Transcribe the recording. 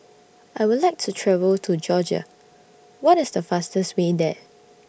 I Would like to travel to Georgia What IS The fastest Way There